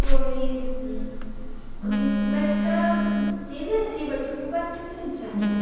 তো আমি আমি খুব একটা জেনেছি বাট খুব একটা কিছু জানি না